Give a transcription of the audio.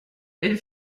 elle